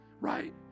Right